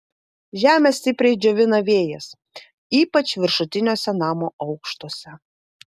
žemę stipriai džiovina vėjas ypač viršutiniuose namo aukštuose